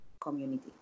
community